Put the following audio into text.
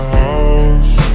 house